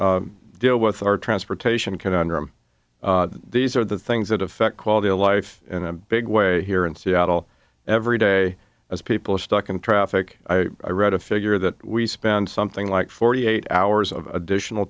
y deal with our transportation conundrum these are the things that affect quality of life in a big way here in seattle every day as people are stuck in traffic i read a figure that we spend something like forty eight hours of additional